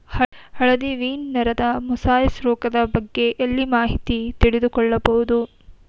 ಹಳದಿ ವೀನ್ ನರದ ಮೊಸಾಯಿಸ್ ರೋಗದ ಬಗ್ಗೆ ಎಲ್ಲಿ ಮಾಹಿತಿ ತಿಳಿದು ಕೊಳ್ಳಬಹುದು?